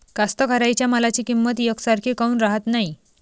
कास्तकाराइच्या मालाची किंमत यकसारखी काऊन राहत नाई?